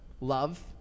love